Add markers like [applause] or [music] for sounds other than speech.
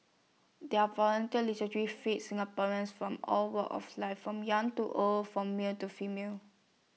their volunteer [unintelligible] fee Singaporeans from all walks of life from young to old from male to female